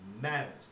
matters